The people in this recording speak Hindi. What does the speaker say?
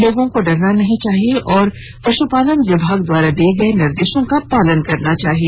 लोगों को डरना नहीं चाहिए और पशुपालन विभाग द्वारा दिए गए निर्देशों का पालन करना चाहिए